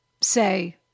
say